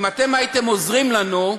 אם אתם הייתם עוזרים לנו,